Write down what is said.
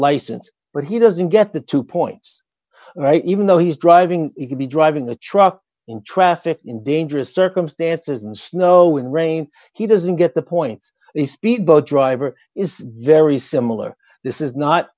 license but he doesn't get the two points right even though he's driving it could be driving the truck in traffic in dangerous circumstances and snowing rain he doesn't get the point the speed boat driver is very similar this is not